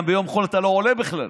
גם ביום חול אתה לא עולה בכלל,